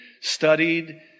studied